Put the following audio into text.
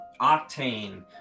Octane